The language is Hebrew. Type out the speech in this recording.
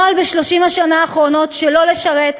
הנוהל ב-30 השנים האחרונות שלא לשרת,